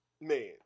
Man